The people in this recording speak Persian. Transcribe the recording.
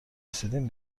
رسیدین